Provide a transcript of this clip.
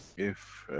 if